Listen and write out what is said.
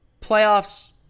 Playoffs